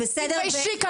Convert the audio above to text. קטי, תתביישי.